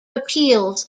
appeals